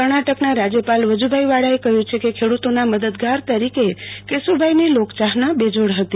કર્ણાટક ના રાજયપાલ વજુભાઈ વાળા એ કહ્યું છે કે ખેડૂતો ના મદદગાર તરીકે કેશુભાઈ ની લોક ચાહના બેજોડ હતી